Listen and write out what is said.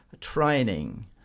training